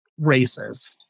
racist